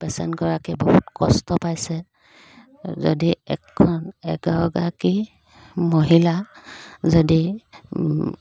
পেচেণ্টগৰাকীয়ে বহুত কষ্ট পাইছে যদি এখন এগৰাকী মহিলা যদি